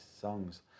songs